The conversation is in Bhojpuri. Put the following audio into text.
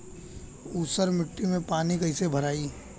ऊसर मिट्टी में पानी कईसे भराई?